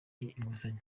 inguzanyo